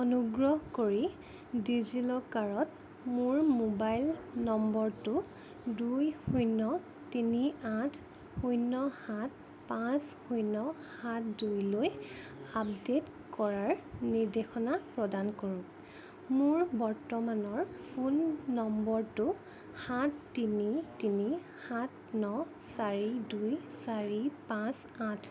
অনুগ্ৰহ কৰি ডিজিলকাৰত মোৰ মোবাইল নম্বৰটো দুই শূন্য তিনি আঠ শূন্য সাত পাঁচ শূন্য সাত দুইলৈ আপডেট কৰাৰ নিৰ্দেশনা প্ৰদান কৰক মোৰ বৰ্তমানৰ ফোন নম্বৰটো সাত তিনি তিনি সাত ন চাৰি দুই চাৰি পাঁচ আঠ